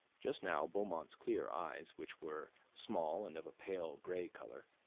just now beaumont's clear eyes, which were small and of a pale gray color,